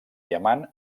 diamant